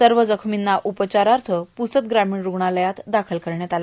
सव जखमींना उपचाराथ प्रसद ग्रामीण रुग्णालयात दाखल करण्यात आल